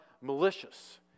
malicious